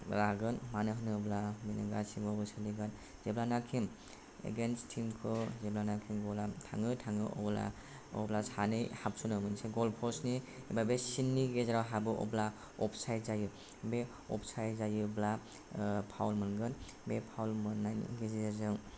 लागोन मानो होनोब्ला बेनो गासैबोआवबो सोलिगोन जेब्लानोखि एगेन्स्ट टिमखौ जेब्लानोखि ग'लआ थाङो अब्ला सानै हाबसनो मोनसे गलपस्टनि ओमफ्राय बे सिननि गेजेराव हाबो अब्ला अफसाइड जायो बे अफसाइड जायोब्ला फाउल मोनगोन बे फाउल मोननायनि गेजेरजों